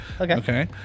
Okay